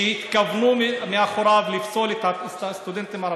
שהתכוונו באמצעותו לפסול את הסטודנטים הערבים.